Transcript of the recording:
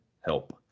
help